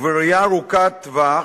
ובראייה ארוכת טווח,